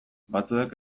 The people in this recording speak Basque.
batzuek